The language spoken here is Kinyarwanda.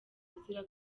azira